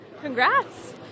Congrats